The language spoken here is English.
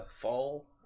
Fall